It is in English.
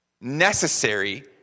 necessary